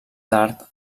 tard